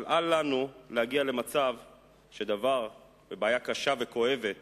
אבל אל לנו להגיע למצב שהדבר, בעיה קשה וכואבת